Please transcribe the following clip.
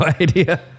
idea